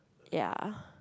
ya